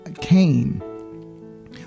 Cain